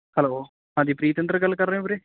hello ਹਾਂਜੀ ਪ੍ਰੀਤਇੰਦਰ ਗੱਲ ਕਰ ਰਹੇ ਹੋ ਵੀਰੇ